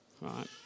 right